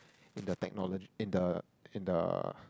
in the technology in the in the